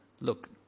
Look